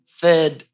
third